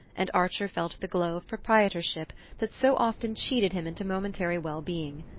and archer felt the glow of proprietorship that so often cheated him into momentary well-being.